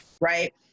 right